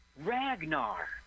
Ragnar